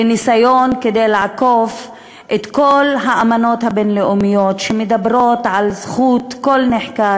וניסיון כדי לעקוף את כל האמנות הבין-לאומיות שמדברות על זכות כל נחקר,